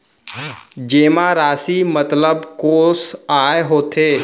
जेमा राशि मतलब कोस आय होथे?